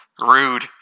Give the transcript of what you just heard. Rude